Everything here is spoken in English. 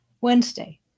Wednesday